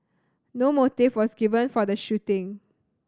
no motive was given for the shooting